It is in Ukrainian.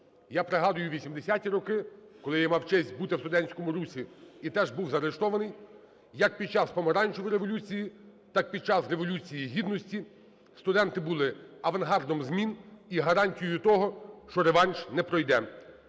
Я пригадую 80-ті роки, коли я мав честь бути в студентському русі і теж був заарештований. Як під час Помаранчевої революції, так і під час Революції Гідності студенти були авангардом змін і гарантією того, що реванш не пройде.